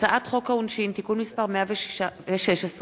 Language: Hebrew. הצעת חוק העונשין (תיקון מס' 116)